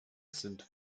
sind